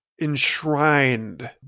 enshrined